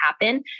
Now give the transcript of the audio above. happen